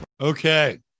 Okay